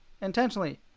intentionally